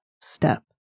step